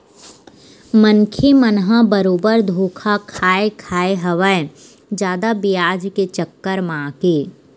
मनखे मन ह बरोबर धोखा खाय खाय हवय जादा बियाज के चक्कर म आके